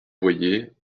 boyer